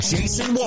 Jason